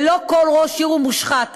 ולא כל ראש עיר הוא מושחת,